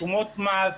שומות מס,